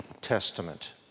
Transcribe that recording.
testament